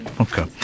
Okay